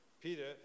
Peter